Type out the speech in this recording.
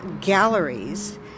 galleries